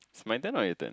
it's my turn or your turn